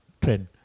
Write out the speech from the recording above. trend